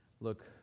look